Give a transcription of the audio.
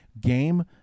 game